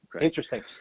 Interesting